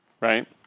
right